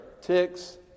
Ticks